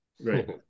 Right